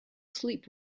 sleep